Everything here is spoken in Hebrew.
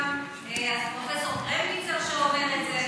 וגם פרופ' קרמניצר אומר את זה,